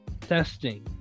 Testing